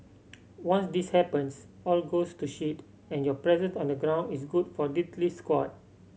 once this happens all goes to shit and your presence on the ground is good for diddly squat